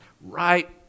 right